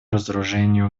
разоружению